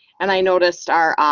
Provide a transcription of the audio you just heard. and, i noticed our ah